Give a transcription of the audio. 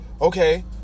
Okay